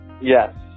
Yes